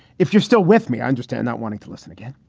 if you're still with me. i understand not wanting to listen again,